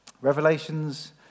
Revelations